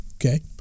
Okay